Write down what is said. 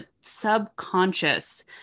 subconscious